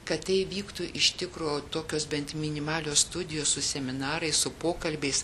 kad tai vyktų iš tikro tokios bent minimalios studijos su seminarai su pokalbiais